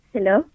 Hello